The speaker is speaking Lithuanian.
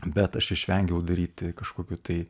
bet aš išvengiau daryti kažkokių tai